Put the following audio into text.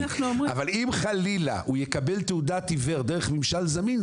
אבל אם חלילה הוא יקבל תעודת עיוור דרך ממשל זמין,